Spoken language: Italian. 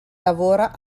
lavora